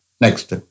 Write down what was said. Next